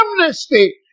Amnesty